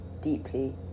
deeply